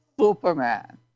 Superman